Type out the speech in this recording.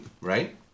right